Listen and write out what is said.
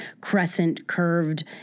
crescent-curved